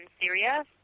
Syria